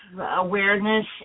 awareness